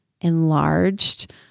enlarged